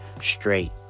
straight